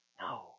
No